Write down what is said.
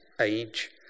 age